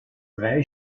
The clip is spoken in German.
drei